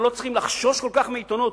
ולא צריך לחשוש כל כך מעיתונות.